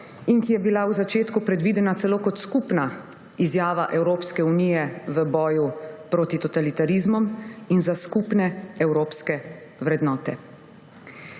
in ki je bila v začetku predvidena celo kot skupna izjava Evropske unije v boju proti totalitarizmom in za skupne evropske vrednote.